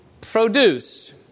produce